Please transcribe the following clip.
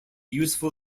useful